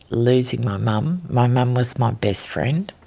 losing my mum. my mum was my best friend.